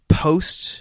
post